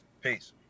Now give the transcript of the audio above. Peace